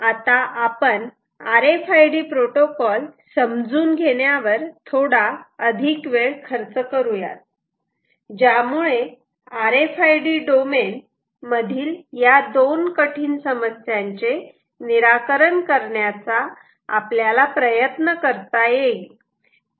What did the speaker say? आणि आता आपण R F I D protocol समजून घेण्यावर थोडा अधिक वेळ खर्च करू यात ज्यामुळे R F I D domain मधील या दोन कठीण समस्यांचे निराकरण करण्याचा आपल्याला प्रयत्न करता येईल